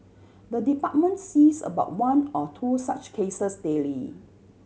the department sees about one or two such cases daily